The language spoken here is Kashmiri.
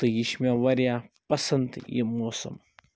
تہٕ یہِ چھِ مےٚ واریاہ پَسَنٛد یہِ موسم